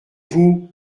vous